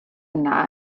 yna